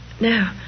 No